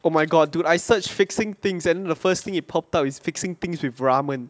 oh my god dude I search fixing things and then the first thing it popped up is fixing things with ramen